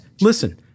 listen